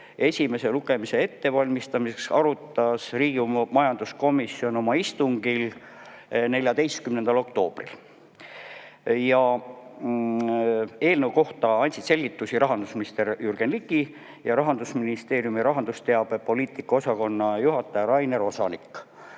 esimese lugemise ettevalmistamiseks arutas Riigikogu majanduskomisjon oma istungil 14. oktoobril. Eelnõu kohta andsid selgitusi rahandusminister Jürgen Ligi ja Rahandusministeeriumi rahandusteabe poliitika osakonna juhataja Rainer Osanik.